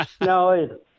No